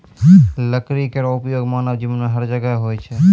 लकड़ी केरो उपयोग मानव जीवन में हर जगह होय छै